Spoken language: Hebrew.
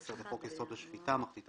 על סדר-היום: החלטת